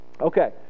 Okay